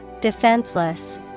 Defenseless